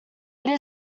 there